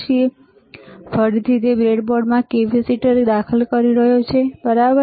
તેથી ફરીથી તે બ્રેડબોર્ડમાં કેપેસિટર દાખલ કરી રહ્યો છે બરાબર